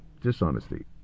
dishonesty